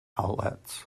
outlets